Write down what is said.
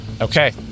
Okay